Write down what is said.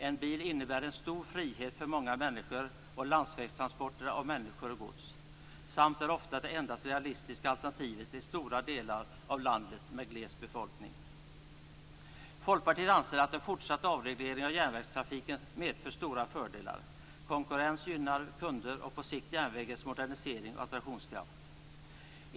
En bil innebär en stor frihet för många människor och landsvägstransporter av människor och gods. Bilen är ofta det enda realistiska alternativet i stora delar av landet med gles befolkning. Folkpartiet anser att en fortsatt avreglering av järnvägstrafiken medför stora fördelar. Konkurrens gynnar kunder och på sikt järnvägens modernisering och attraktionskraft.